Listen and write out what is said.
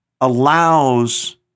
allows